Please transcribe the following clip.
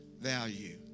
value